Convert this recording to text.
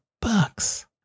bucks